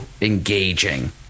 engaging